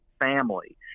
family